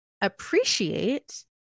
appreciate